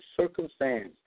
circumstance